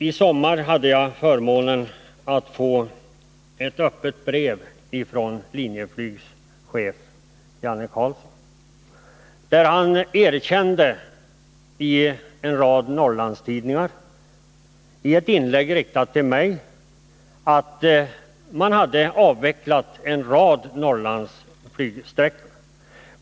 I somras hade jag förmånen att få ett öppet brev från Linjeflygs chef Jan Carlzon. I en rad Norrlandstidningar, i ett inlägg riktat till mig, erkände han att en rad Norrlandsflygsträckor hade avvecklats.